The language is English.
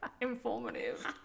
informative